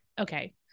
okay